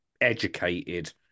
educated